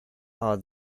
are